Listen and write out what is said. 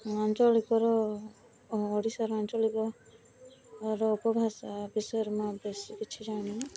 ଆଞ୍ଚଳିକର ଓଡ଼ିଶାର ଆଞ୍ଚଳିକ ମୋର ଉପଭାଷା ବିଷୟରେ ମୁଁ ବେଶୀ କିଛି ଜାଣିନି